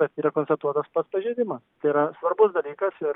bet yra konstatuotas pats pažeidimas tai yra svarbus dalykas ir